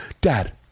dad